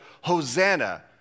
Hosanna